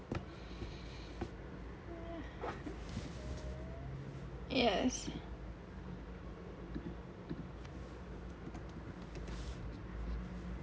yes